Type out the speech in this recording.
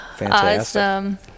Awesome